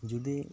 ᱡᱩᱫᱤ